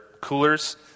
coolers